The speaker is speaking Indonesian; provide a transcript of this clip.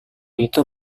itu